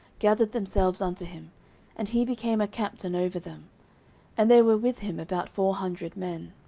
gathered themselves unto him and he became a captain over them and there were with him about four hundred men.